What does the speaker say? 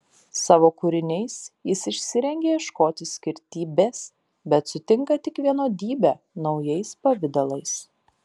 savo kūriniais jis išsirengia ieškoti skirtybės bet sutinka tik vienodybę naujais pavidalais